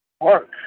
Work